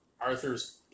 Arthur's